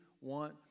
want